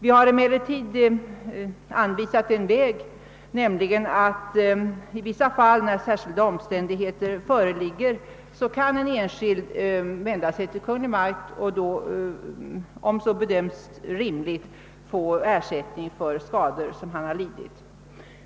Vi har emellertid anvisat en väg, nämligen att en enskild när vissa omständigheter föreligger kan vända sig till Kungl. Maj:t för att om så bedöms rimligt få ersättning för skador som han lidit.